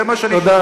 זה מה שאני שואל.